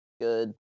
good